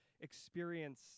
experience